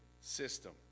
system